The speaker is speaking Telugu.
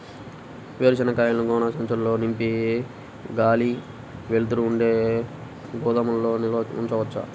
వేరుశనగ కాయలను గోనె సంచుల్లో నింపి గాలి, వెలుతురు ఉండే గోదాముల్లో నిల్వ ఉంచవచ్చా?